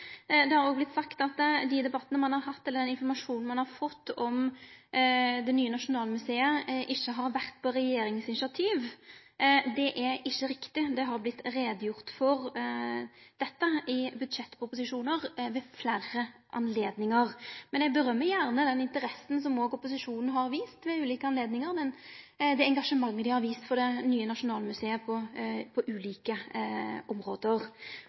Det er òg sagt at den informasjonen ein har fått om det nye Nasjonalmuseet, ikkje har vore på initiativ frå regjeringa. Det er ikkje riktig, dette har det vore greidd ut om i budsjettproposisjonar ved fleire anledningar. Men eg vil gjerne rose den interessa som òg opposisjonen har vist ved ulike anledningar, og det engasjementet dei har vist for det nye Nasjonalmuseet på ulike